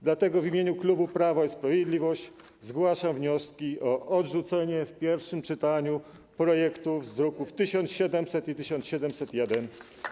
Dlatego w imieniu klubu Prawo i Sprawiedliwość zgłaszam wnioski o odrzucenie w pierwszym czytaniu projektów z druków nr 1700 i 1701.